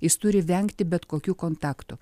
jis turi vengti bet kokių kontaktų